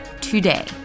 today